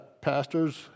pastors